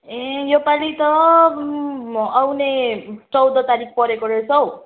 ए योपालि त आउने चौध तारिक परेको रहेछ हौ